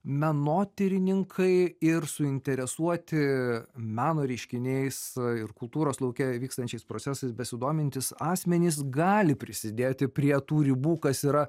menotyrininkai ir suinteresuoti meno reiškiniais ir kultūros lauke vykstančiais procesais besidomintys asmenys gali prisidėti prie tų ribų kas yra